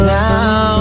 now